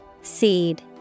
Seed